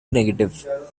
negative